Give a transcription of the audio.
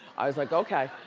i was like, okay.